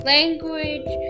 Language